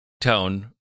tone